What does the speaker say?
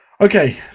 Okay